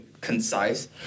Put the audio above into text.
concise